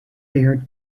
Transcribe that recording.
fired